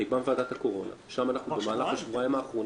אני בא מוועדת הקורונה ושם במהלך השבועיים האחרונים